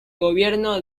gobierno